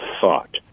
thought